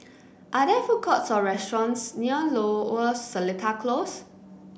are there food courts or restaurants near Lower or Seletar Close